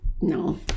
no